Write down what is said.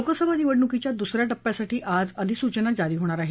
लोकसभा निवडणुकीच्या दुस या टप्प्यासाठी आज अधिसूचना जारी होणार आहे